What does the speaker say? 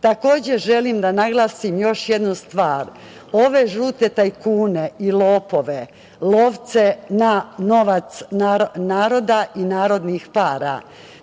SNS.Takođe, želim da naglasim još jednu stvar, ove žute tajkune i lopove, lovce na novac naroda i narodnih para,